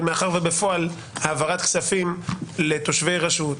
אבל מאחר שבפועל העברת כספים לתושבי רשות,